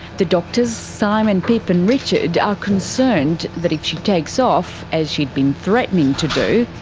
the doctors simon, pip and richard are concerned that if she takes off, as she'd been threatening to do,